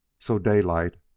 so daylight,